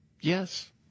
Yes